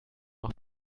noch